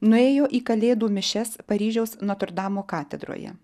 nuėjo į kalėdų mišias paryžiaus notr damo katedroje